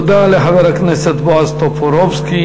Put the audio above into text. תודה לחבר הכנסת בועז טופורובסקי.